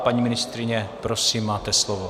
Paní ministryně, prosím, máte slovo.